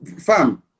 fam